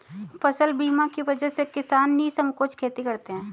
फसल बीमा की वजह से किसान निःसंकोच खेती करते हैं